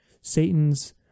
Satan's